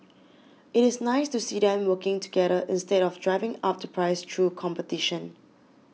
it is nice to see them working together instead of driving up the price through competition